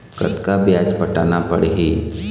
कतका ब्याज पटाना पड़ही?